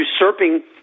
usurping